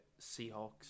Seahawks